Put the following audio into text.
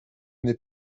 n’est